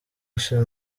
ushize